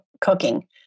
cooking